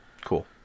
Cool